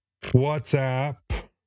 WhatsApp